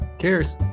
cheers